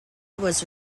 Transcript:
was